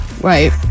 Right